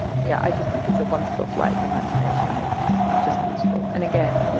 yeah i just think it's a wonderful flight of imagination, it's just just beautiful. and again, yeah